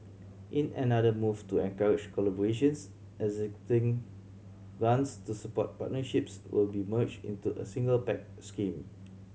in another move to encourage collaborations existing grants to support partnerships will be merged into a single Pact scheme